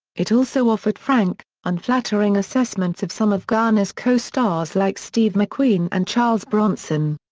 it also offered frank, unflattering assessments of some of garner's co-stars like steve mcqueen and charles bronson.